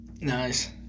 Nice